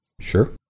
Sure